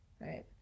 right